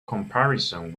comparison